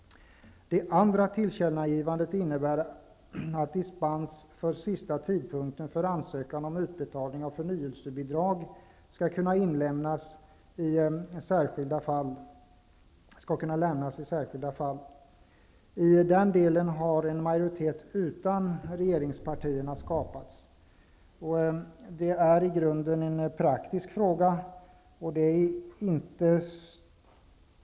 Det andra tillkännagivandet innebär att dispens för sista tidpunkten för ansökan om utbetalning av förnyelsebidrag skall kunna lämnas i särskilda fall. I den delen har en majoritet utan regeringspartierna skapats. Det är i grunden en praktisk fråga.